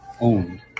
owned